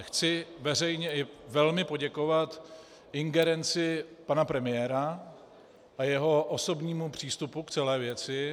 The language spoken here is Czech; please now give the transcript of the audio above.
Chci veřejně i velmi poděkovat ingerenci pana premiéra a jeho osobnímu přístupu k celé věci.